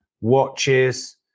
watches